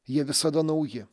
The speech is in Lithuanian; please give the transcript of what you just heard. jie visada nauji